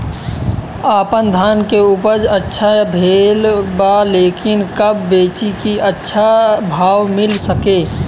आपनधान के उपज अच्छा भेल बा लेकिन कब बेची कि अच्छा भाव मिल सके?